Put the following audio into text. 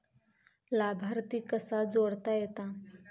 लाभार्थी कसा जोडता येता?